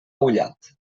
ullat